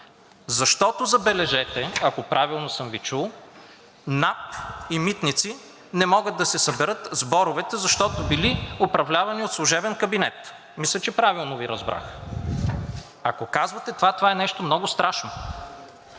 защото, забележете, ако правилно съм Ви чул, НАП и „Митници“ не могат да си съберат сборовете, защото били управлявани от служебен кабинет. Мисля, че правилно Ви разбрах. Ако казвате това, това е нещо много страшно.